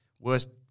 worst